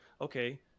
okay